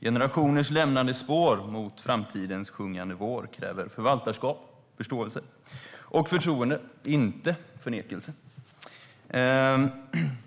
Generationers lämnade spår mot framtidens sjungande vår kräver förvaltarskap, förståelse och förtroende - inte förnekelse.